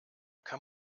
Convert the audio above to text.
kann